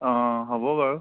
অ' হ'ব বাৰু